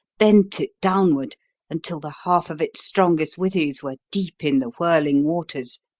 bent it downward until the half of its strongest withes were deep in the whirling waters.